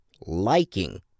liking